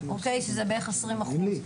שזה בערך עשרים אחוז.